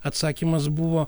atsakymas buvo